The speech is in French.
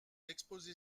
l’exposé